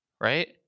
right